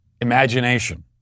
imagination